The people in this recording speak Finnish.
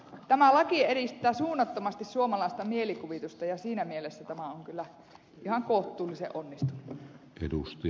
tämä laki edistää suunnattomasti suomalaista mielikuvitusta ja siinä mielessä tämä on kyllä ihan kohtuullisen onnistunut